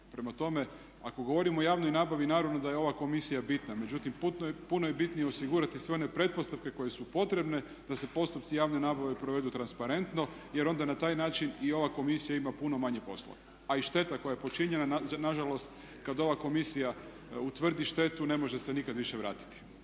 Prema tome, ako govorimo o javnoj nabavi naravno da je ova komisija bitna. Međutim, puno je bitnije osigurati sve one pretpostavke koje su potrebne da se postupci javne nabave provedu transparentno jer onda na taj način i ova komisija ima puno manje posla. A i šteta koja je počinjena na žalost kad ova komisija utvrdi štetu ne može se nikad više vratiti.